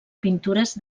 pintures